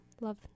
love